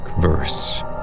verse